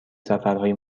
سفرهای